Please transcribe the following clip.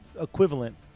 equivalent